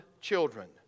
children